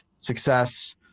success